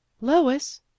lois